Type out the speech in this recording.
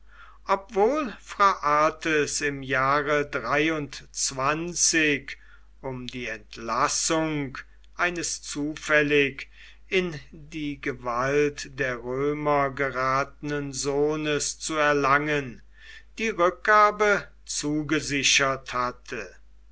obwohl phraates im jahre um die entlassung eines zufällig in die gewalt der römer geratenen sohnes zu erlangen die rückgabe zugesichert hatte